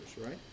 right